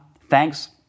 Thanks